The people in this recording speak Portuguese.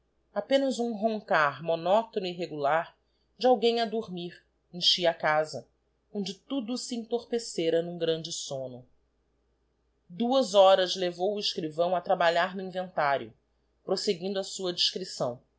apenas um roncar mo nótono e regular de alguém a dormir enchia a casa onde tudo se entorpecera n'um grande socego duas horas levou o escrivão a trabalhar no inventario proseguindo á sua discreção